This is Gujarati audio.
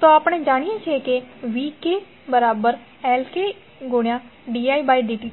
તો આપણે જાણીએ છીએ કે vkLkdidt